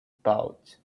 pouch